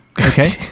Okay